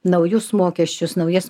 naujus mokesčius naujas